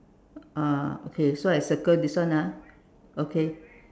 ah okay so I circle this one ah okay